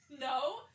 No